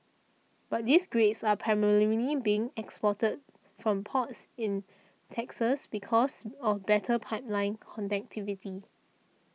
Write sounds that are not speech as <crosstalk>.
but these grades are <unintelligible> being exported from ports in Texas because of better pipeline connectivity